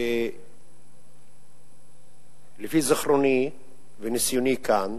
לפי זיכרוני וניסיוני כאן,